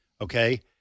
okay